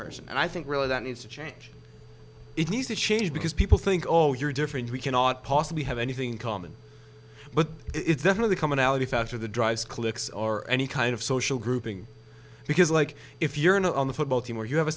person and i think really that needs to change it needs to change because people think oh you're different we cannot possibly have anything in common but it's one of the commonality factor the drives cliques or any kind of social grouping because like if you're not on the football team or you have